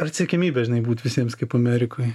ar siekiamybė žinai būt visiems kaip amerikoj